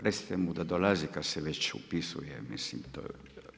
Recite mu da dolazi kada se već upisuje, mislim to.